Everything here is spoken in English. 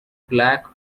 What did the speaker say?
black